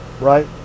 right